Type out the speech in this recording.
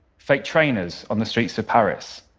fake trainers on the streets of paris,